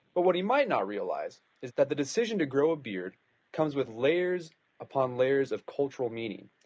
but what he might not realize is that the decision to grow a beard comes with layers upon layers of cultural meaning.